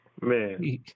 Man